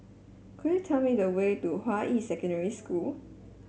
could you tell me the way to Hua Yi Secondary School